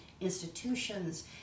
institutions